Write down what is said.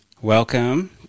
Welcome